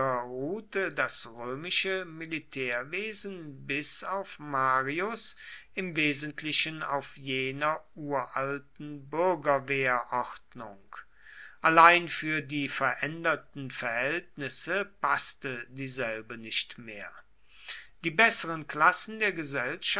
ruhte das römische militärwesen bis auf marius im wesentlichen auf jener uralten bürgerwehrordnung allein für die veränderten verhältnisse paßte dieselbe nicht mehr die besseren klassen der